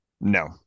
No